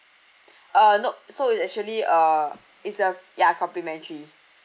uh nope so it actually uh it's uh ya complimentary